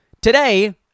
Today